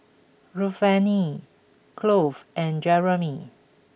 Ruthanne Cloyd and Jeremy